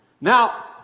Now